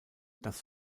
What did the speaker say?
das